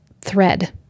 thread